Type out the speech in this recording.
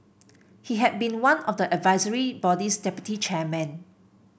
he had been one of the advisory body's deputy chairmen